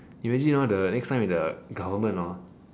imagine hor the next time the government hor